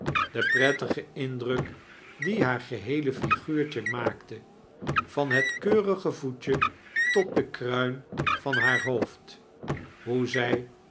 den prettigen indruk dien haar geheele figuurtje maakte ran het keurige voetje tot den kruin van haar hoofd hoe zij